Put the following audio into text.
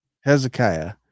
Hezekiah